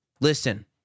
listen